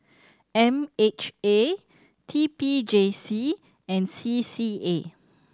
M H A T P J C and C C A